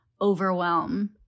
overwhelm